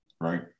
Right